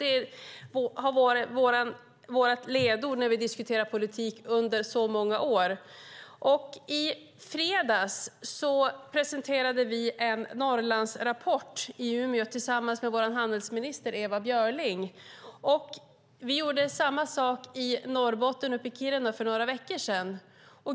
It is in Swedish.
Det har varit vårt ledord när vi har diskuterat politik under många år. I fredags presenterade vi i Umeå en Norrlandsrapport tillsammans med vår handelsminister Ewa Björling. Vi gjorde samma sak i Norrbotten och Kiruna för några veckor sedan.